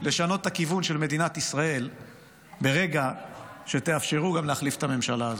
לשנות את הכיוון של מדינת ישראל ברגע שתאפשרו גם להחליף את הממשלה הזאת.